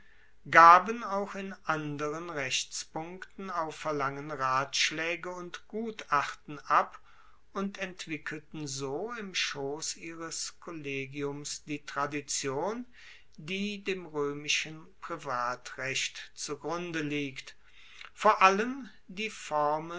gaben auch in anderen rechtspunkten auf verlangen ratschlaege und gutachten ab und entwickelten so im schoss ihres kollegiums die tradition die dem roemischen privatrecht zugrunde liegt vor allem die